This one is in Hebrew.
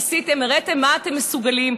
נגמר.